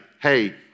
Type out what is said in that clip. hey